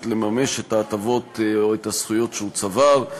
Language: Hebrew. לממש את ההטבות או את הזכויות שהוא צבר.